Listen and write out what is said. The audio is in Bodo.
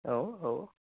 औ औ